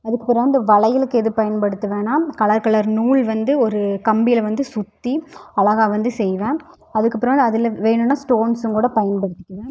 அதுக்கப்புறோம் அந்த வளையளுக்கு எது பயப்படுத்துவனா கலர் கலர் நூல் வந்து ஒரு கம்பியில் வந்து சுற்றி அழகாக வந்து செய்வேன் அதுக்கப்புறோம் அதில் வேணுனா ஸ்டோன்சுங்க்கூட பயன்படுத்திக்கிவேன்